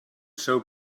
seu